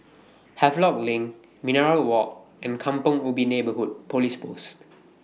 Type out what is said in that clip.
Havelock LINK Minaret Walk and Kampong Ubi Neighbourhood Police Post